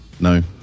No